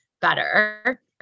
better